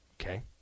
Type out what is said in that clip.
Okay